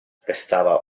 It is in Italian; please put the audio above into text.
restava